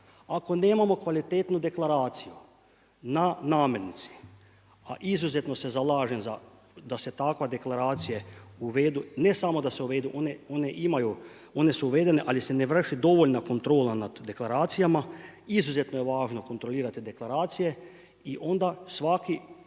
Ako nemamo kvalitetnu deklaraciju na namirnici, a izuzetno se zalažem da se takve deklaracije uvedu ne samo da se uvedu, one imaju, one su uvedene ali se ne vrši dovoljna kontrola nad deklaracijama. Izuzetno je važno kontrolirati deklaracije i onda svaki